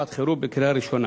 עברה בקריאה הראשונה